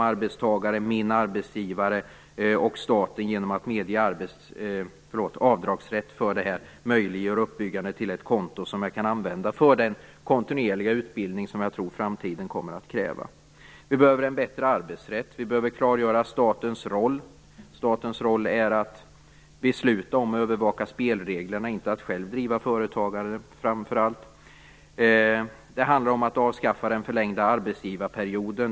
Arbetsgivaren och staten kunde tillsammans med en avdragsrätt för arbetstagaren möjliggöra uppbyggandet av ett konto att använda för den kontinuerliga utbildning som jag tror kommer att krävas i framtiden. Vi behöver en bättre arbetsrätt, och vi behöver klargöra statens roll, som är att besluta om och bevaka spelreglerna, framför allt inte att själv driva företag. Det handlar om att avskaffa den förlängda arbetsgivarperioden.